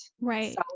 Right